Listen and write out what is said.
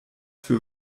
für